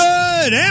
Good